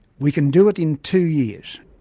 we can do it in two years'.